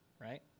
right